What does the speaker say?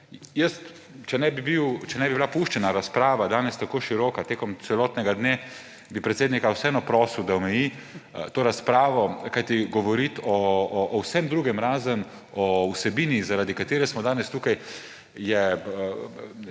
Če ne bi bila puščena danes tako široka razprava tekom celotnega dne, bi predsednika vseeno prosil, da omeji to razpravo, kajti govoriti o vsem drugem, razen o vsebini, zaradi katere smo danes tukaj, je,